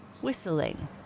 whistling